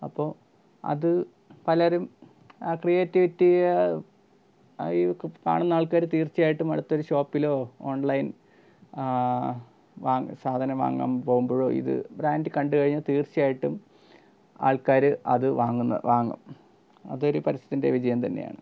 അപ്പോൾ അത് പലരും ആ ക്രീയേറ്റിവിറ്റിയെ കാണുന്ന ആൾക്കാർ തീച്ചയായിട്ടും അടുത്തൊരു ഷോപ്പിലോ ഓൺലൈൻ വാങ് സാധനം വാങ്ങാൻ പോവുമ്പോഴോ ഇത് ബ്രാൻഡ് കണ്ടുകഴിഞ്ഞാൽ തീർച്ചയായിട്ടും ആൾക്കാർ അത് വാങ്ങുന്ന വാങ്ങും അതൊരു പരസ്യത്തിൻ്റെ വിജയം തന്നെയാണ്